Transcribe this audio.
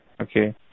Okay